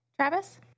Travis